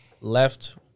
left